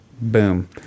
Boom